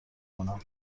کنم